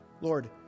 lord